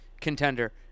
contender